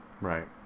Right